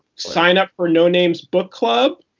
sign up for noname's book club.